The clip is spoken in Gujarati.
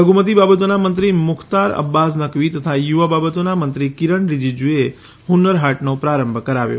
લધુમતી બાબતોના મંત્રી મુખ્તાર અબ્બાસ નકવી તથા યુવા બાબતોના મંત્રી કિરણ રીજીજુએ હ્ન્નર હાટનો પ્રારંભ કરાવ્યો